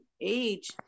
age